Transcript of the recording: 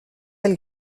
elle